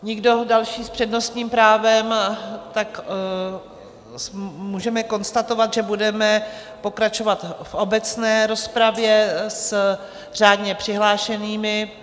Nikdo další s přednostním právem, tak můžeme konstatovat, že budeme pokračovat v obecné rozpravě s řádně přihlášenými.